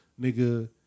nigga